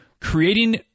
creating